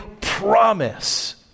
promise